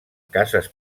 cases